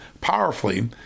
powerfully